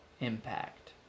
impact